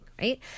right